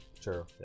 Sure